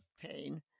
pain